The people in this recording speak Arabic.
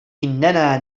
إننا